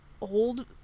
old